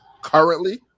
currently